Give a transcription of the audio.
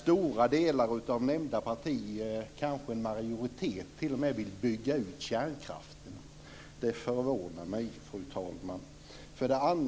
Stora delar av nämnda parti - kanske en majoritet, t.o.m. - vill bygga ut kärnkraften. Det förvånar mig, fru talman.